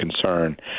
concern